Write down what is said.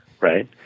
right